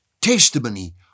testimony